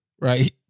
right